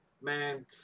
Man